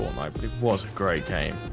night, but it was a great game